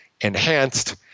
enhanced